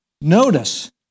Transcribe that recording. notice